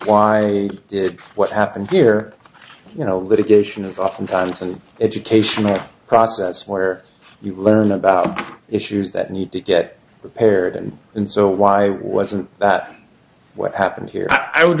why what happened here you know litigation is oftentimes an educational process where you learn about issues that need to get prepared and and so why wasn't that what happened here i would